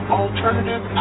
alternative